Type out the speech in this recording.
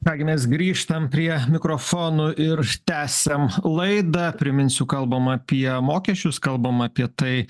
ką gi mes grįžtam prie mikrofonų ir tęsiam laidą priminsiu kalbam apie mokesčius kalbam apie tai